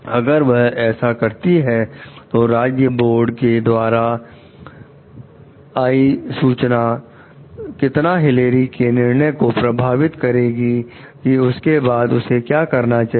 अगर वह ऐसा करती है तो राज्य बोर्ड के द्वारा आई सूचना कितना हिलेरी के निर्णय को प्रभावित करेगी की उसके बाद उसे क्या करना चाहिए